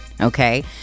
okay